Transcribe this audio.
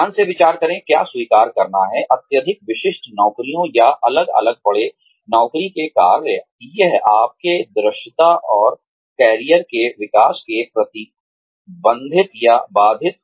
ध्यान से विचार करें क्या स्वीकार करना है अत्यधिक विशिष्ट नौकरियों या अलग थलग पड़े नौकरी के कार्य